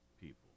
people